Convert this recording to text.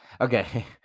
Okay